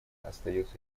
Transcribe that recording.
остается